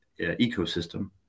ecosystem